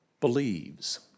believes